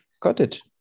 cottage